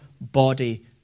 body